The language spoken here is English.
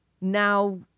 now